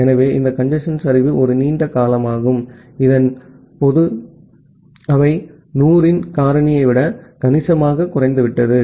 ஆகவே இந்த கஞ்சேஸ்ன் சரிவு ஒரு நீண்ட காலமாகும் இதன் அவை 100 இன் காரணியை விட கணிசமாகக் குறைந்துவிட்டன